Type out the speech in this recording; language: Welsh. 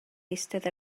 eistedd